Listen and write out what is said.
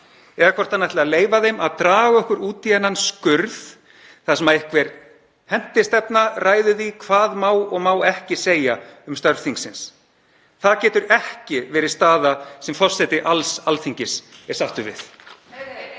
eða hvort hann ætlar að leyfa þeim að draga okkur út í þennan skurð þar sem einhver hentistefna ræður því hvað má og má ekki segja um störf þingsins. Það getur ekki verið staða sem forseti alls Alþingis er sáttur við.